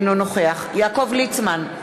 אינו נוכח יעקב ליצמן,